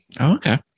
Okay